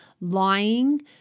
lying